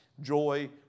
joy